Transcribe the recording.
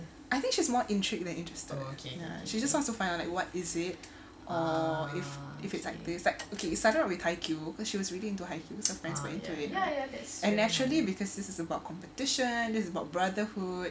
I think she's more intrigued than interested she just wants to find out like what is it or if if it's like this like okay it started out with haikyu she was really into haikyu her friends got into it and naturally because this is about competition this is about brotherhood